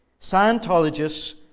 Scientologists